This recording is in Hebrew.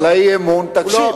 תקשיב,